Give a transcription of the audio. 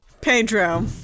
Pedro